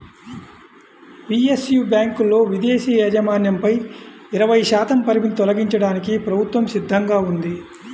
PSU బ్యాంకులలో విదేశీ యాజమాన్యంపై ఇరవై శాతం పరిమితిని తొలగించడానికి ప్రభుత్వం సిద్ధంగా ఉంది